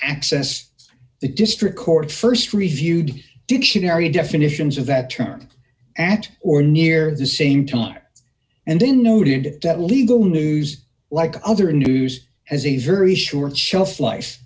access the district court st reviewed dictionary definitions of that term at or near the same time and then noted that legal news like other news has a very short shelf life